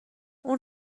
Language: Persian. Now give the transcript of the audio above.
اون